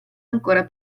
ancora